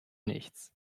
nichts